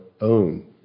own